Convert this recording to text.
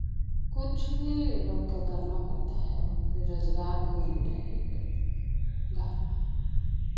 कुछ भी लोग के करना पड़ता है अब बेरोज़गार कोई नहीं रहेंगे गा